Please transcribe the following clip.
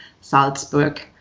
Salzburg